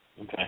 Okay